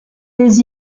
les